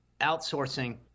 outsourcing